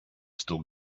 still